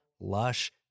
lush